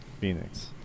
Phoenix